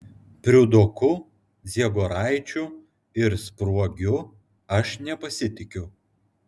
priudoku dziegoraičiu ir spruogiu aš nepasitikiu